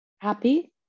happy